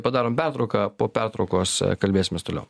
padarom pertrauką po pertraukos kalbėsimės toliau